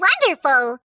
wonderful